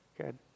Good